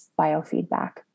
biofeedback